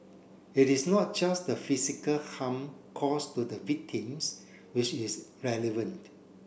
it is not just the physical harm caused to the victims which is relevant